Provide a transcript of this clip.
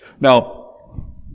Now